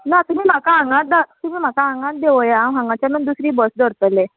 ना तुमी म्हाका हांगात तुमी म्हाका हांगात देवया हांव हांगाच्यानच दुसरी बस धरतलें